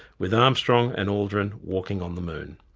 with armstrong and aldrin walking on the moon.